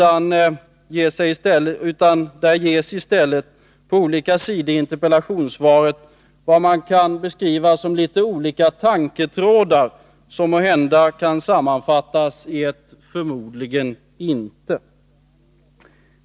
På olika sidor i interpellationssvaret ges i stället vad som kan beskrivas som litet olika tanketrådar, som måhända kan sammanfattas i ett ”förmodligen inte”.